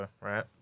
right